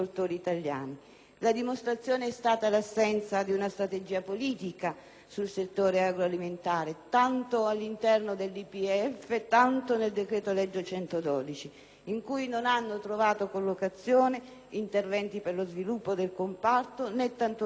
La dimostrazione è stata l'assenza di una strategia politica sul settore agroalimentare all'interno tanto del DPEF quanto del decreto‑legge n. 112, in cui non hanno trovato collocazione interventi per lo sviluppo del comparto, né tanto meno sono stati